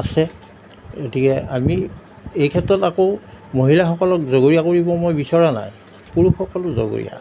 আছে গতিকে আমি এই ক্ষেত্ৰত আকৌ মহিলাসকলক জগৰীয়া কৰিব মই বিচৰা নাই পুৰুষসকলো জগৰীয়া